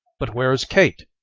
but where is kate?